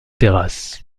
terrasse